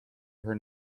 her